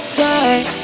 time